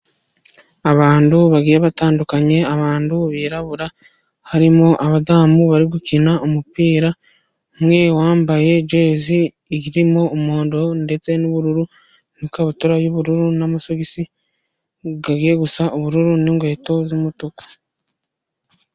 Abantu bagiye batandukanye, abantu birabura harimo abadamu bari gukina umupira, umwe wambaye jezi irimo umuhondo ndetse n'ubururu, n'ikabutura y'ubururu n'amasogisi, gagiye gusa ubururu, n'inkweto z'umutuku.